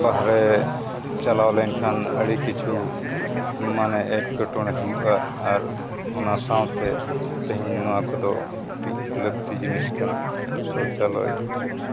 ᱵᱟᱦᱨᱮ ᱪᱟᱞᱟᱣ ᱞᱮᱱᱠᱷᱟᱱ ᱟᱹᱰᱤ ᱠᱤᱪᱷᱩ ᱢᱟᱱᱮ ᱮᱸᱴᱠᱮᱴᱚᱬᱮ ᱦᱩᱭᱩᱜᱼᱟ ᱟᱨ ᱚᱱᱟ ᱥᱟᱶᱛᱮ ᱛᱮᱦᱮᱧ ᱱᱚᱣᱟ ᱠᱚᱫᱚ ᱟᱹᱰᱤ ᱞᱟᱹᱠᱛᱤ ᱡᱤᱱᱤᱥ ᱠᱟᱱᱟ ᱥᱳᱣᱪᱟᱞᱚᱭ